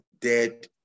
dead